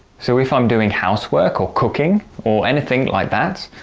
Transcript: so, if i'm doing housework, or cooking, or anything like that,